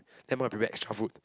then mum prepare extra food